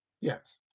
Yes